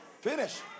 finish